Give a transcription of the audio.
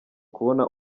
kubona